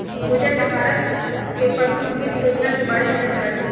पूजा के भारत के परमुख वित योजना के बारे में जानकारी हई